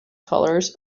colours